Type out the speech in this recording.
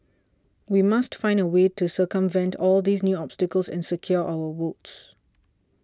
we must find a way to circumvent all these new obstacles and secure our votes